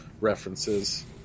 references